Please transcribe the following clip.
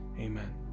Amen